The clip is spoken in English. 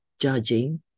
judging